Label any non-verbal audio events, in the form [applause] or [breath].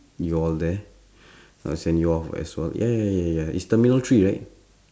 you all there [breath] I'll send you off as well ya ya ya ya it's terminal three right